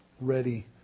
ready